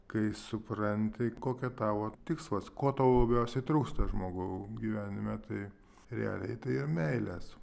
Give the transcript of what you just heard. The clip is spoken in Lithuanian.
kai supranti kokia tavo tikslas ko tau labiausiai trūksta žmogau gyvenime tai realiai tai yra meilės